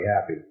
happy